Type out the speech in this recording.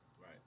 Right